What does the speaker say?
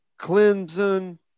Clemson